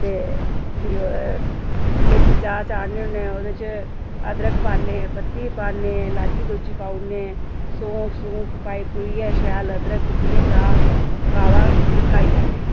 ते फ्ही ओह्दे देसी चाह् चाढ़ने होन्ने ओह्दे च अदरक पान्ने पत्ती पान्ने लाची लूची पाऊ ओड़ने सौंफ सुंफ पाई पुइयै शैल अदरक कुट्टियै चाह् काह्वा गड़काई लैन्ने